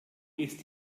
ist